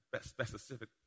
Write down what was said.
specific